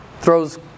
throws